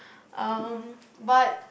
um but